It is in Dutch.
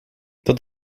dat